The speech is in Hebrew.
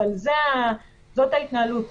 אבל זאת ההתנהלות.